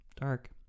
dark